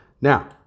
Now